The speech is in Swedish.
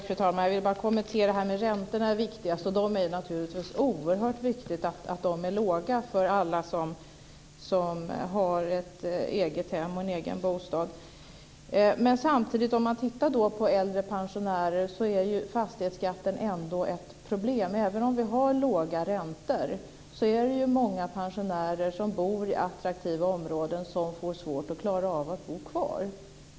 Fru talman! Jag vill kommentera detta med att räntorna är viktigast. För alla som har ett eget hem, en egen bostad, är det naturligtvis oerhört viktigt att räntorna är låga men för äldre pensionärer är fastighetsskatten ett problem. Trots att det är låga räntor får många pensionärer som bor i attraktiva områden svårt att klara av att bo kvar.